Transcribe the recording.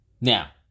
Now